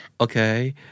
Okay